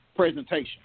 Presentation